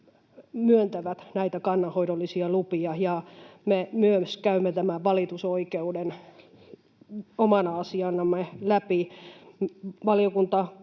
myöntävät näitä kannanhoidollisia lupia. Me myös käymme tämän valitusoikeuden omana asianamme läpi.